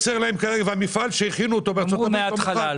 הם דיברו מההתחלה על